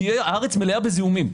כי הארץ מלאה בזיהומים.